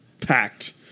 packed